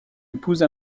épouse